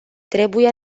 trebuie